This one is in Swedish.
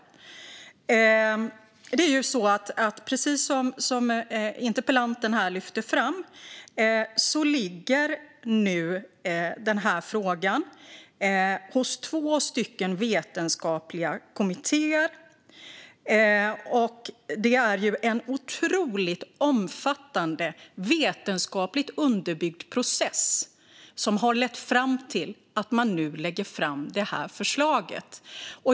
Precis som interpellanten lyfter fram ligger den här frågan nu hos två vetenskapliga kommittéer. Det är en otroligt omfattande vetenskapligt underbyggd process som har lett fram till att man nu lägger fram det här förslaget.